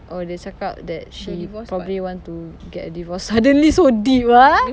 oh they cakap that she probably want to get a divorce suddenly so deep ah